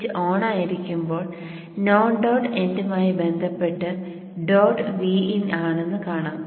switch ഓണായിരിക്കുമ്പോൾ non dot എൻഡുമായി ബന്ധപ്പെട്ട് ഡോട്ട് Vin ആണെന്ന് കാണാം